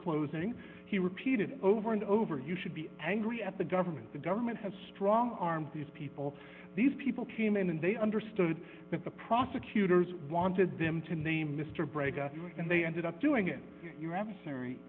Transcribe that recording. closing he repeated over and over you should be angry at the government the government has strong armed these people these people came in and they understood that the prosecutors wanted them to name mr breda and they ended up doing it your a